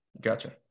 Gotcha